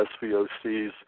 SVOCs